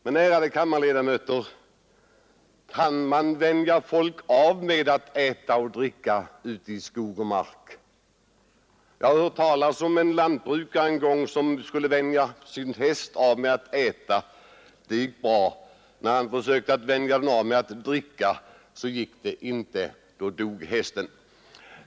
Men, ärade kammarledamöter, kan man vänja folk av med att äta och dricka ute i skog och mark? Jag har hört talas om en lantbrukare som skulle vänja sin häst av med att äta. Det gick bra. När han försökte vänja den av med att dricka gick det inte. Då dog hästen.